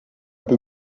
peu